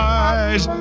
eyes